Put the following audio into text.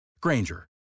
Granger